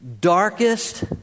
darkest